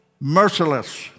merciless